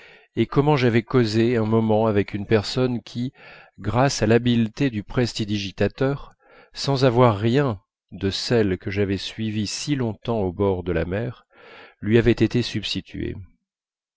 et comment j'avais causé un moment avec une personne qui grâce à l'habileté du prestidigitateur sans avoir rien de celle que j'avais suivie si longtemps au bord de la mer lui avait été substituée